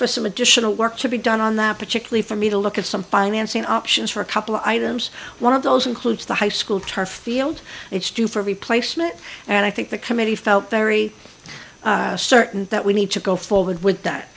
for some additional work to be done on that particularly for me to look at some financing options for a couple of items one of those includes the high school turf field it's due for replacement and i think the committee felt very certain that we need to go forward with that